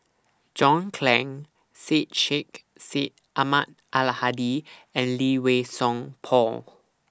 John Clang Syed Sheikh Syed Ahmad Al Hadi and Lee Wei Song Paul